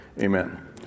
amen